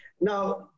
Now